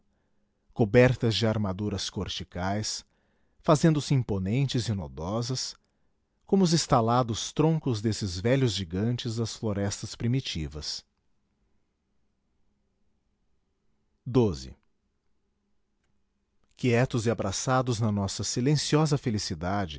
cobertas de armaduras corticais fazendo-se imponentes e nodosas como os estalados troncos desses velhos gigantes das florestas primitivas quietos e abraçados na nossa silenciosa felicidade